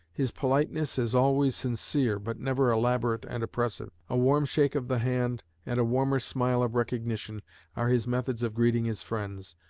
his politeness is always sincere but never elaborate and oppressive. a warm shake of the hand and a warmer smile of recognition are his methods of greeting his friends.